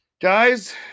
Guys